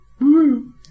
Woo